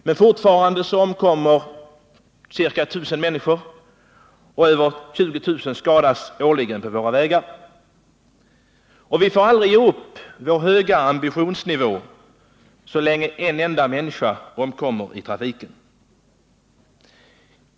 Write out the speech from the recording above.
Men fortfarande omkommer ca 1 000 människor och över 20 000 människor skadas årligen på våra vägar. Vi får aldrig göra avkall på vår höga ambitionsnivå så länge en enda människa omkommer i trafiken.